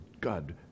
God